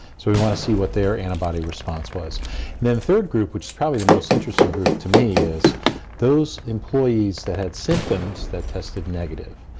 so we wanna see what their antibody response was. and then the third group, which is probably the most interesting group to me is those employees that had symptoms that tested negative.